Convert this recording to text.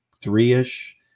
three-ish